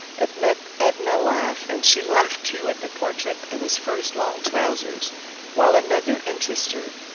it made edna laugh, and she laughed, too, at the portrait in his first long trousers while another interested her,